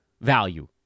value